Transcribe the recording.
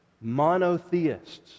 monotheists